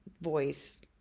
voice